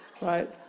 right